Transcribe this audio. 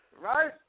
Right